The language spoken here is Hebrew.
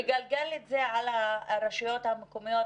לגלגל את זה על הרשויות המקומיות,